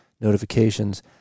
notifications